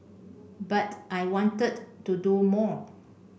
but I wanted to do more